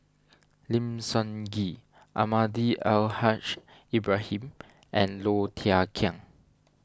Lim Sun Gee Almahdi Al Haj Ibrahim and Low Thia Khiang